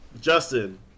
Justin